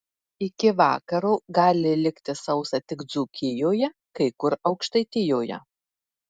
iki vakaro gali likti sausa tik dzūkijoje kai kur aukštaitijoje